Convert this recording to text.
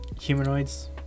Humanoids